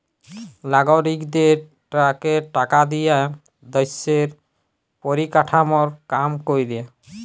লাগরিকদের ট্যাক্সের টাকা দিয়া দ্যশের পরিকাঠামর কাম ক্যরে